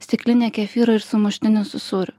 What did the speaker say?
stiklinė kefyro ir sumuštinis su sūriu